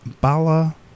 Bala